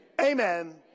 amen